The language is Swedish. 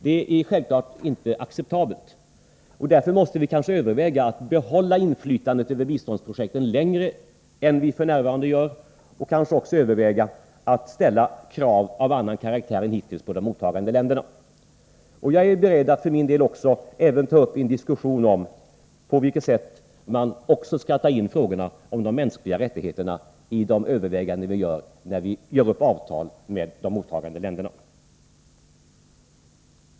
Detta är självfallet inte acceptabelt, och därför måste vi kanske överväga att behålla inflytandet över biståndsprojekten längre än vad vi f. n. gör och kanske också överväga att ställa krav av annan karaktär än hittills på de mottagande länderna. Jag är för min del också beredd att ta upp en diskussion om på vilket sätt vi skall ta in frågorna om de mänskliga rättigheterna i övervägandena inför avtalsuppgörelserna med de mottagande länderna.